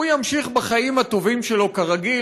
הוא ימשיך בחיים הטובים שלו כרגיל,